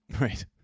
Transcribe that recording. right